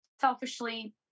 selfishly